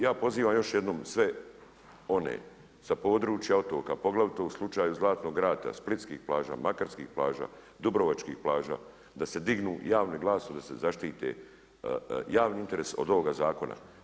Ja pozivam još jednom, sve one sa područja otoka, poglavito u slučaju Zlatnog rata, splitskih plaža, makarskih plaža, dubrovačkih plaža, da se dignu javno i glasno da se zaštite javni interes od ovoga zakona.